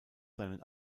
seinen